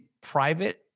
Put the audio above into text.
private